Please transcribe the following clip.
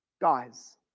guys